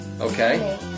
Okay